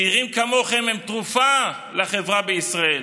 צעירים כמוכם הם תרופה לחברה בישראל,